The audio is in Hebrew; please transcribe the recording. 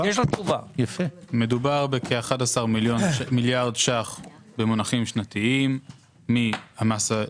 מדובר בכ-11 מיליארד ש"ח במונחים שנתיים מהבלו.